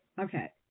Okay